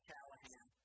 Callahan